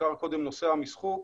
הוזכר נושא המשחוק,